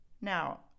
Now